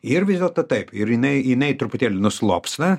ir vis dėlto taip ir jinai jinai truputėlį nuslopsta